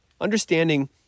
Understanding